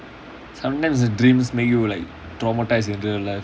sometimes the dreams make you like traumatise until like